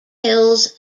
hills